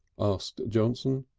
asked johnson.